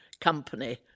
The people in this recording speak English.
company